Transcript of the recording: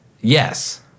yes